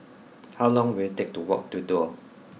how long will it take to walk to Duo